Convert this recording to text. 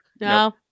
no